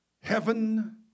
heaven